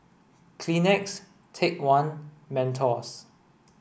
Kleenex Take One Mentos